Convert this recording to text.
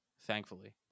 Thankfully